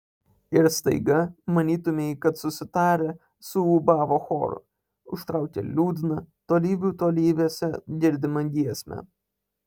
ir staiga manytumei kad susitarę suūbavo choru užtraukė liūdną tolybių tolybėse girdimą giesmę